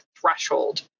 threshold